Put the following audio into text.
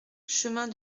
chemin